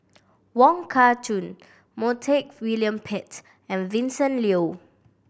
Wong Kah Chun Montague William Pett and Vincent Leow